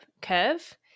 curve